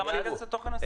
למה להיכנס לתוכן השיחה?